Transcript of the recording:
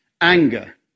Anger